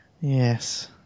Yes